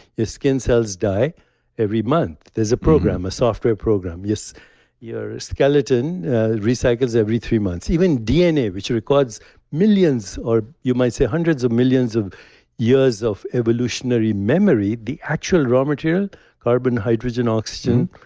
your skin cells die every month. there's a program, a software program. your skeleton recycles every three months. even dna, which records millions or you might say hundreds of millions of years of evolutionary memory, the actual raw material carbon, hydrogen, oxygen,